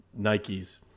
Nikes